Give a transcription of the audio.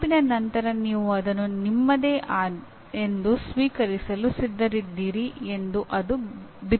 ತೀರ್ಪಿನ ನಂತರ ನೀವು ಅದನ್ನು ನಿಮ್ಮದೇ ಎಂದು ಸ್ವೀಕರಿಸಲು ಸಿದ್ಧರಿದ್ದೀರಿ ಎಂದು ಅದು ಬಿತ್ತುತ್ತದೆ